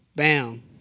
Bam